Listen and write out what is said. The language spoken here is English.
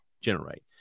generate